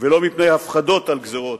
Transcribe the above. ולא מפני הפחדות על גזירות,